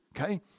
Okay